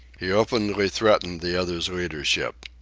he openly threatened the other's leadership.